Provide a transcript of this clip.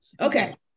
okay